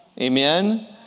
Amen